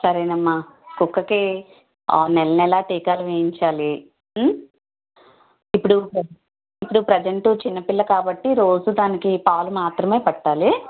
సరేనమ్మా కుక్కకి నెల నెలా టీకాలు వెయ్యించాలి ఇప్పుడు ఇప్పుడు ప్రసెంట్ చిన్న పిల్ల కాబట్టి రోజూ దానికి పాలు మాత్రమే పట్టాలి